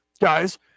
guys